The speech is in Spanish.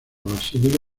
basílica